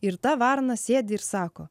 ir ta varna sėdi ir sako